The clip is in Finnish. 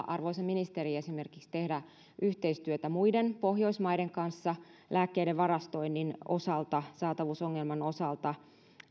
arvoisa ministeri esimerkiksi tehdä yhteistyötä muiden pohjoismaiden kanssa lääkkeiden varastoinnin osalta saatavuusongelman osalta